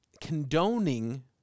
condoning